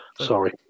Sorry